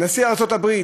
נשיא ארצות הברית.